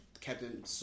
Captain